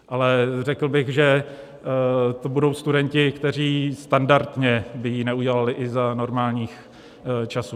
Ale řekl bych, že to budou studenti, kteří standardně by ji neudělali i za normálních časů.